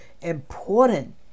important